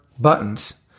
buttons